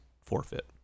forfeit